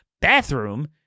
bathroom